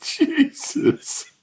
Jesus